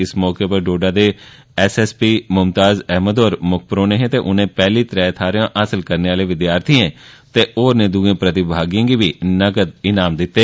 इस मौके उप्पर डोडा दे एसएसपी मुमताज़ अहमद होर मुक्ख परौहने ते उने पैहली त्रै थाह्रां हासल करने आह्ले विद्यार्थिएं ते होरनें प्रतिभागिएं गी बी नगद ईनाम दित्ते